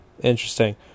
interesting